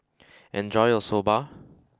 enjoy your Soba